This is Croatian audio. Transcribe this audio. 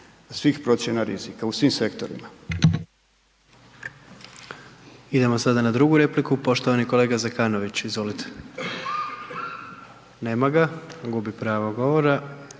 svih procjena rizika, u svim sektorima.